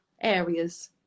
areas